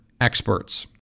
experts